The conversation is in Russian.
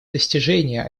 достижение